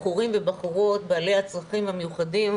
בחורים ובחורות בעלי הצרכים המיוחדים,